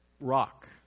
rock